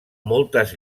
moltes